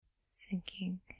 sinking